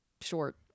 short